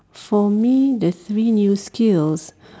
for me the three new skills